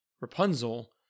Rapunzel